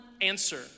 answer